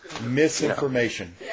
Misinformation